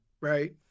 right